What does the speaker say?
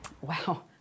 Wow